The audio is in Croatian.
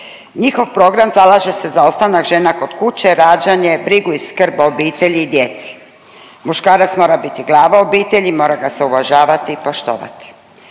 njihov program zalaže se za ostanak žena kod kuće, rađanje, brigu i skrb o obitelji i djeci. Muškarac mora biti glava obitelji, mora ga se uvažavati i poštovati.